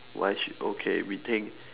why should okay we think